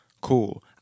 Cool